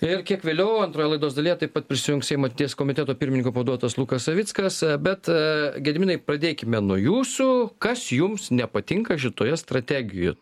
ir kiek vėliau antroje laidos dalyje taip pat prisijungs seimo ateities komiteto pirmininko pavaduotojas lukas savickas bet aaa gediminai pradėkime nuo jūsų kas jums nepatinka šitoje strategijoj